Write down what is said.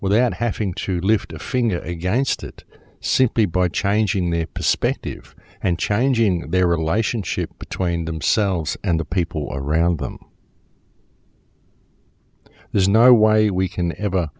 without having to lift a finger against it simply by changing their perspective and shining their relationship between themselves and the people around them there's no way we can ever